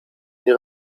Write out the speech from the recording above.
nie